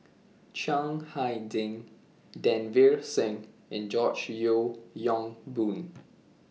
Chiang Hai Ding Davinder Singh and George Yeo Yong Boon